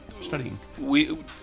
Studying